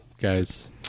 guys